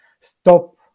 stop